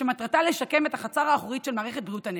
שמטרתה לשקם את החצר האחורית של מערכת בריאות הנפש.